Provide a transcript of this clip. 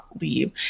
leave